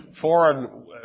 foreign